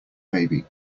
baby